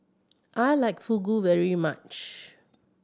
I like Fugu very much